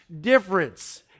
difference